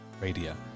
Radio